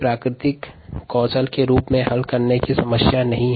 प्राकृतिक कौशल के रूप में हल करने में समस्या नहीं है